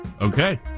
Okay